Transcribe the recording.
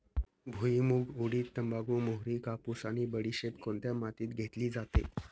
भुईमूग, उडीद, तंबाखू, मोहरी, कापूस आणि बडीशेप कोणत्या मातीत घेतली जाते?